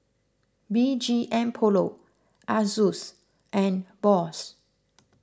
B G M Polo Asus and Bose